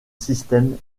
système